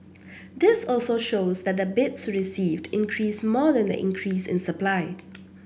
this also shows that the bids received increased more than the increase in supply